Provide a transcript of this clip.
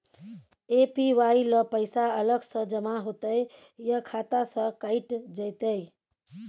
APY ल पैसा अलग स जमा होतै या खाता स कैट जेतै?